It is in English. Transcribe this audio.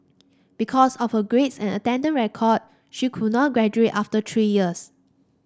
because of her grades and attendance record she could not graduate after three years